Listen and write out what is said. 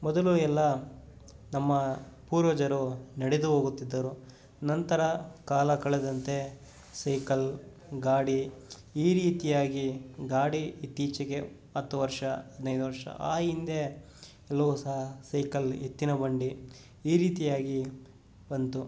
ಮೊದಲು ಎಲ್ಲ ನಮ್ಮ ಪೂರ್ವಜರು ನಡೆದು ಹೋಗುತ್ತಿದ್ದರು ನಂತರ ಕಾಲ ಕಳೆದಂತೆ ಸೈಕಲ್ ಗಾಡಿ ಈ ರೀತಿಯಾಗಿ ಗಾಡಿ ಇತ್ತೀಚಿಗೆ ಹತ್ತು ವರ್ಷ ಹದಿನೈದು ವರ್ಷ ಆ ಹಿಂದೆ ಎಲ್ಲವೂ ಸಹ ಸೈಕಲ್ ಎತ್ತಿನ ಬಂಡಿ ಈ ರೀತಿಯಾಗಿ ಬಂತು